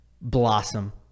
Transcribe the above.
blossom